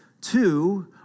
Two